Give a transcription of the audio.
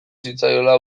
zitzaiola